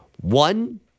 one